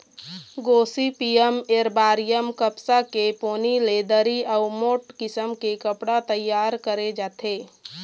Gossypium arboreum कपसा के पोनी ले दरी अउ मोठ किसम के कपड़ा तइयार करे जाथे